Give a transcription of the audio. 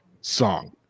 song